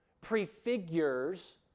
prefigures